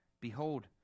Behold